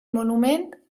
monument